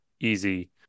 easy